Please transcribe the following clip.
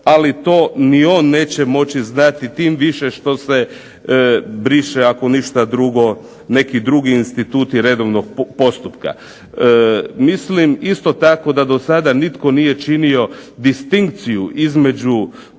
Ali to ni on neće moći znati, tim više što se briše ako ništa drugo neki drugi instituti redovnog postupka. Mislim isto tako da dosada nitko nije činio distinkciju između